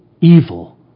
evil